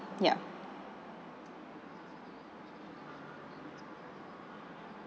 yup